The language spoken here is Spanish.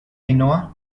ainhoa